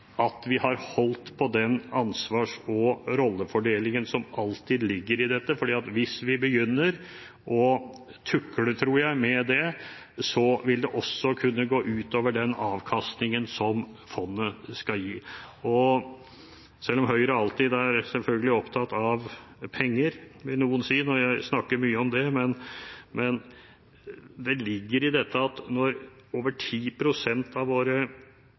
at vi har holdt på den ansvars- og rollefordelingen som alltid ligger i dette, for jeg tror at hvis vi begynner å tukle med den, vil det også kunne gå ut over den avkastningen som fondet skal gi. Selv om Høyre alltid er opptatt av penger – selvfølgelig, vil noen si, jeg snakker mye om det – ligger det i dette at når over 10 pst. av våre